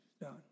done